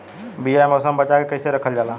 बीया ए मौसम में बचा के कइसे रखल जा?